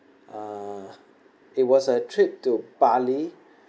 uh it was a trip to bali